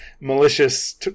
malicious